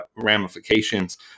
ramifications